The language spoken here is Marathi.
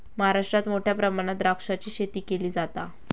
महाराष्ट्रात मोठ्या प्रमाणात द्राक्षाची शेती केली जाता